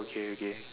okay okay